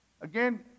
Again